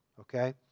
okay